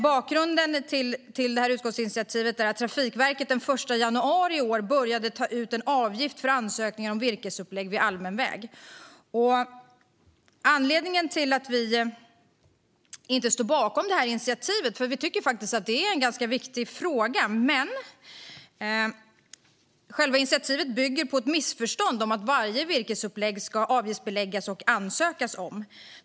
Bakgrunden till utskottsinitiativet är att Trafikverket den 1 januari i år började ta ut en avgift för ansökningar om virkesupplag vid allmän väg. Vi tycker att det är en ganska viktig fråga. Anledningen till att vi inte står bakom initiativet är att själva initiativet bygger på ett missförstånd om att varje virkesupplag ska avgiftsbeläggas och att man ska ansöka om att få göra det.